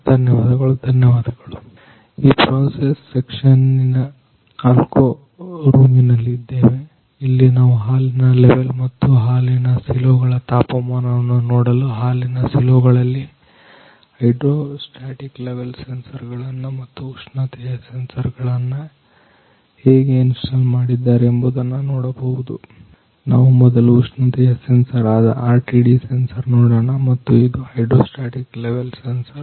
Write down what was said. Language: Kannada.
ಧನ್ಯವಾದಗಳು ಧನ್ಯವಾದಗಳು ಈಗ ಪ್ರೋಸೆಸ್ ಸೆಕ್ಷನ್ನಿನ ಆಲ್ಕೋ ರೂಮಿನಲ್ಲಿ ಇದ್ದೇವೆ ಇಲ್ಲಿ ನಾವು ಹಾಲಿನ ಲೆವೆಲ್ ಮತ್ತು ಹಾಲಿನ ಸಿಲೋ ಗಳ ತಾಪಮಾನವನ್ನು ನೋಡಲು ಹಾಲಿನ ಸಿಲೋಗಳಲ್ಲಿ ಹೈಡ್ರೋ ಸ್ಟ್ಯಾಟಿಕ್ ಲೆವೆಲ್ ಸೆನ್ಸರ್ ಗಳನ್ನು ಮತ್ತು ಉಷ್ಣತೆಯ ಸೆನ್ಸರ್ ಗಳನ್ನು ಹೇಗೆ ಇನ್ಸ್ಟಾಲ್ ಮಾಡಿದ್ದಾರೆ ಎಂಬುದನ್ನು ನೋಡಬಹುದು ನಾವು ಮೊದಲು ಉಷ್ಣತೆಯ ಸೆನ್ಸರ್ ಆದ RTD ಸೆನ್ಸರ್ ನೋಡೋಣ ಮತ್ತು ಇದು ಹೈಡ್ರೋ ಸ್ಟ್ಯಾಟಿಕ್ ಲೆವೆಲ್ ಸೆನ್ಸರ್